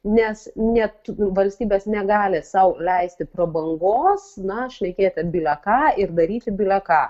nes net valstybės negali sau leisti prabangos na šnekėti bile ką ir daryti bile ką